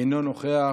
אינו נוכח.